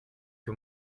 que